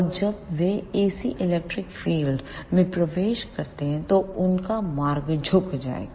और जब वे AC electric field ELECTRIC FIELD में प्रवेश करेंगे तो उनका मार्ग झुक जाएगा